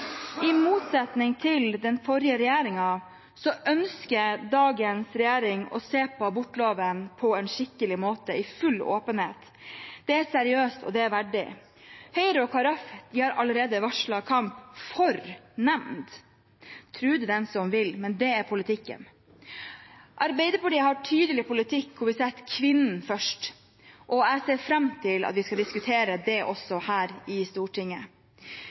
I motsetning til den forrige regjeringen ønsker dagens regjering å se på abortloven på en skikkelig måte i full åpenhet. Det er seriøst, og det er verdig. Høyre og Kristelig Folkeparti har allerede varslet kamp for nemnd – tro det den som vil, men det er politikken. Arbeiderpartiet har en tydelig politikk hvor vi setter kvinnen først. Jeg ser fram til at vi skal diskutere det også her i Stortinget.